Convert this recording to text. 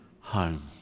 home